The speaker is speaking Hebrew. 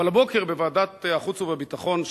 אבל הבוקר בוועדת החוץ והביטחון,